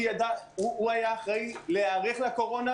הוא היה אחראי להיערך לקורונה.